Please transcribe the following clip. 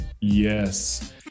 Yes